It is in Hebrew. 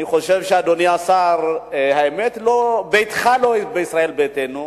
אני חושב, אדוני השר, האמת, ביתך לא בישראל ביתנו.